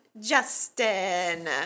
Justin